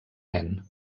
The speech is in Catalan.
nen